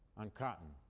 on cotton.